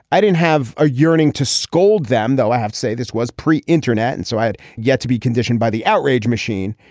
i didn't have a yearning to scold them though i have to say this was pre internet and so had yet to be conditioned by the outrage machine.